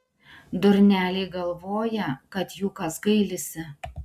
durneliai galvoja kad jų kas gailisi